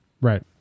Right